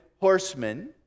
horsemen